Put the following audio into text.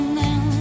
now